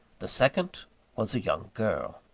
the second was a young girl.